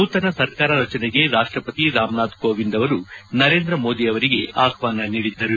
ನೂತನ ಸರ್ಕಾರ ರಚನೆಗೆ ರಾಷ್ಷಪತಿ ರಾಮನಾಥ್ ಕೋವಿಂದ್ ಅವರು ನರೇಂದ್ರ ಮೋದಿ ಅವರಿಗೆ ಆಹ್ವಾನ ನೀಡಿದ್ದರು